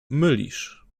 mylisz